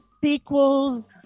Sequels